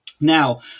Now